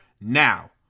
now